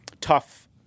tough